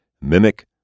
Mimic